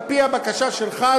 על-פי הבקשה שלך,